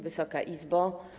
Wysoka Izbo!